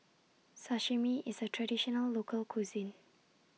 Sashimi IS A Traditional Local Cuisine